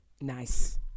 Nice